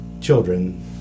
children